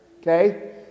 Okay